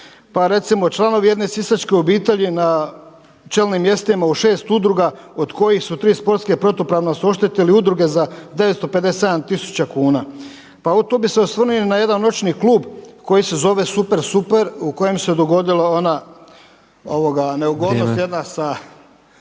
Pa recimo članovi jedne sisačke obitelji na čelnim mjestima u šest udruga od kojih su tri sportske, protupravno su oštetili udruge za 957 tisuća kuna. Pa tu bi se osvrnuo na jedan noćni klub koji se zove Super-Super u kojem se dogodila ona neugodnost jedna sa